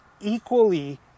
equally